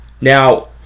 Now